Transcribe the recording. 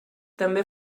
també